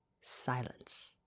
silence